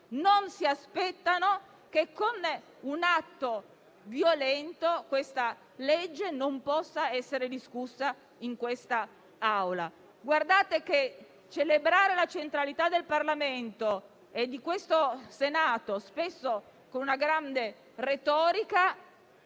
non si aspettano che, con un atto violento, questa legge non possa essere discussa in questa Aula. Guardate che il celebrare la centralità del Parlamento e di questo Senato, spesso con una grande retorica,